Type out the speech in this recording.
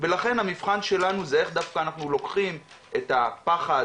ולכן המבחן שלנו זה איך דווקא אנחנו לוקחים את הפחד,